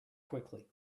quickly